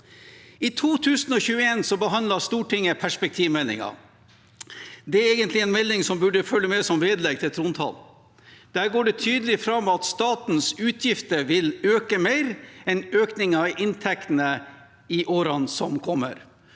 I 2021 behandlet Stortinget perspektivmeldingen. Det er egentlig en melding som burde følge med som vedlegg til trontalen. Der går det tydelig fram at statens utgifter vil øke mer enn økningen i inntektene i årene som kommer.